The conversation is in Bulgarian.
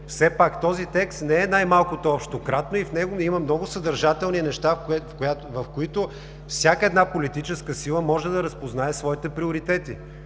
все пак този текст не е най-малкото общо кратно и в него има много съдържателни неща, в които всяка една политическа сила може да разпознае своите приоритети-